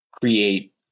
create